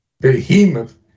behemoth